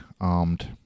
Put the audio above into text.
armed